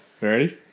Ready